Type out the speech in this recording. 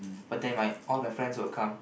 but then right all my friends will come